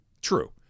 True